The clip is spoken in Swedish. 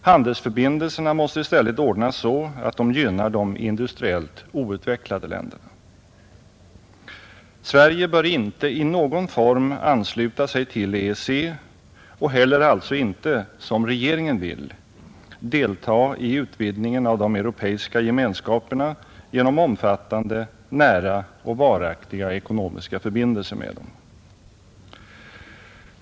Handelsförbindelserna måste i stället ordnas så att de gynnar de industriellt outvecklade länderna. Sverige bör inte i någon form ansluta sig till EEC och alltså heller inte, som regeringen vill, delta i utvidgningen av de Europeiska Gemenskaperna genom omfattande, nära och varaktiga ekonomiska förbindelser till dem.